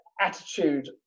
attitude